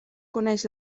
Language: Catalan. coneix